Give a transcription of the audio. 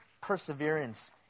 perseverance